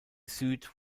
süd